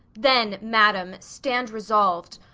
then, madam, stand resolv'd,